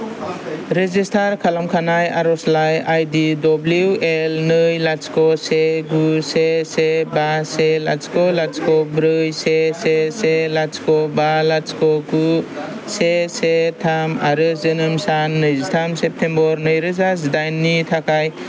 register खालामखानाय आर'जलाइ ID W L नै लाथिख' से गु से बा से लाथिख' लाथिख' ब्रै से से लाथिख' बा लाथिख' गु से थाम आरो जोनोम सान नैजिथाम सेप्तेम्बर नैरोजा जिदाइननि थाखाय